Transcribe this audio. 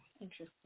Interesting